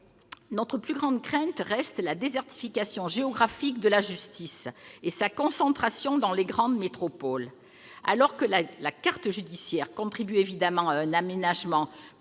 notre plus grande crainte demeure la désertification géographique de la justice et sa concentration dans les grandes métropoles. Alors que la carte judiciaire devrait évidemment contribuer à un aménagement plus